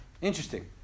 Interesting